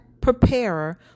preparer